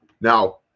now